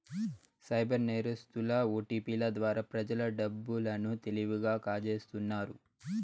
cyber నేరస్తులు ఓటిపిల ద్వారా ప్రజల డబ్బు లను తెలివిగా కాజేస్తున్నారు